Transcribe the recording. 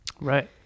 right